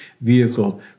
vehicle